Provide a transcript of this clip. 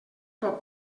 pot